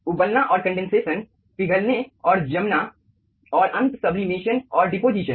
उबलना और कंडेनसेशन पिघलने और जमना और अंत सब्लिमेशन और डेपोज़िशन